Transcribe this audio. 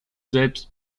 selbst